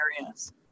areas